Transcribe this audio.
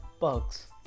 perks